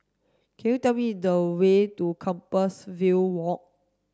could you tell me the way to Compassvale Walk